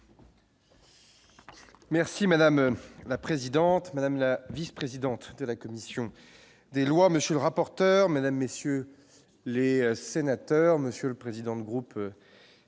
Merci madame la présidente, madame la vice-présidente de la commission des lois, monsieur le rapporteur, mesdames, messieurs les sénateurs, Monsieur le président de groupe